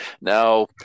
Now